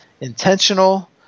intentional